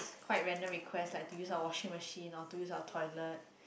quite random requests like to use our washing machine or to use our toilet